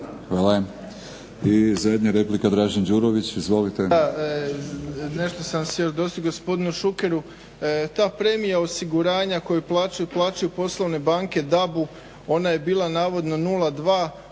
Hvala. I zadnja replika Dražen Đurović. Izvolite. **Đurović, Dražen (HDSSB)** Nešto sam se … gospodinu Šukeru. Ta premija osiguranja koju plaćaju poslovne banke DAB-u ona je bila navodno 0,2